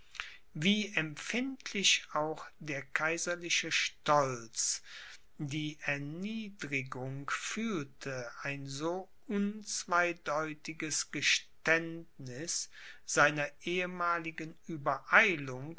wie empfindlich auch der kaiserliche stolz die erniedrigung fühlte ein so unzweideutiges geständniß seiner ehemaligen uebereilung